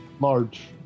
Large